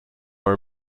are